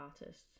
artists